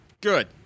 Good